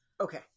Okay